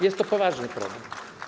Jest to poważny problem.